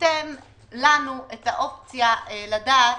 ייתן לנו את האופציה לדעת,